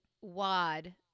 wad